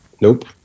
Nope